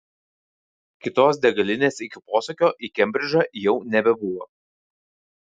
kitos degalinės iki posūkio į kembridžą jau nebebuvo